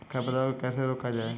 खरपतवार को कैसे रोका जाए?